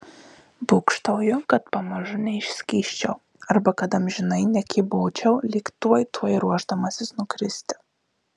būgštauju kad pamažu neišskysčiau arba kad amžinai nekybočiau lyg tuoj tuoj ruošdamasis nukristi